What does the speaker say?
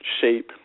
shape